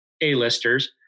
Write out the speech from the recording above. A-listers